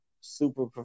super